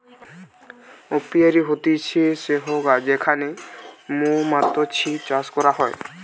apiary হতিছে সেহগা যেখানে মৌমাতছি চাষ করা হয়